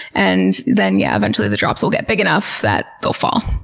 and then yeah eventually the drops will get big enough that they'll fall.